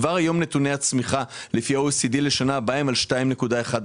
כבר היום נתוני הצמיחה לפי ה-OECD לשנה הבאה הם על 2.1%,